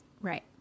Right